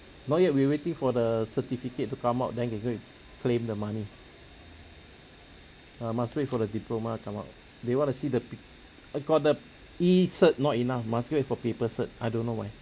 not yet we're waiting for the certificate to come out then can go and claim the money ah must wait for the diploma come out they want to see the pic~ got the E cert not enough must wait for paper cert I don't know why